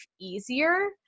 easier